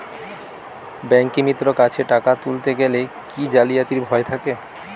ব্যাঙ্কিমিত্র কাছে টাকা তুলতে গেলে কি জালিয়াতির ভয় থাকে?